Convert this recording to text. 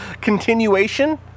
Continuation